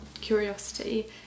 curiosity